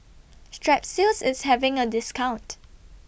Strepsils IS having A discount